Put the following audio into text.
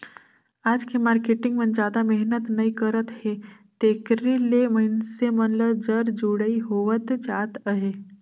आज के मारकेटिंग मन जादा मेहनत नइ करत हे तेकरे ले मइनसे मन ल जर जुड़ई होवत जात अहे